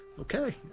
okay